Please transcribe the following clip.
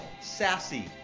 sassy